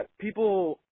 people